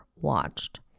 Watched